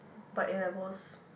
but A-levels